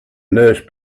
nurse